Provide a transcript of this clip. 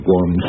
one